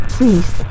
Please